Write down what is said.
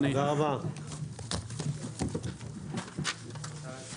הישיבה ננעלה בשעה 12:46.